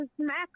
smack